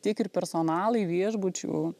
tiek ir personalai viešbučių